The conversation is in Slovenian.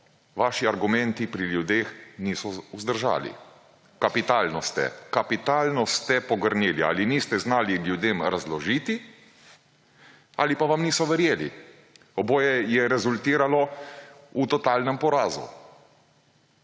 Vaši argumenti pri ljudeh niso vzdržali. Kapitalno ste pogrnili, ali niste znali ljudem razložiti ali pa vam niso verjeli. Oboje je rezultiralo v totalnem porazu.